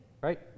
right